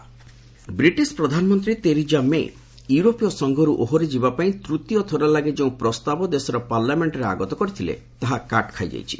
UK Brexit British ପ୍ରଧାନମନ୍ତ୍ରୀ Theresa May' ୟୁରୋପୀୟ ସଂଘରୁ ଓହରି ଯିବାପାଇଁ ତୃତୀୟ ଥର ଲାଗି ଯେଉଁ ପ୍ରସ୍ତାବ ଦେଶର ପାର୍ଲାମେଷ୍ଟ୍ରେ ଆଗତ କରିଥିଲେ ତାହା କାଟ୍ ଖାଇଯାଇଛି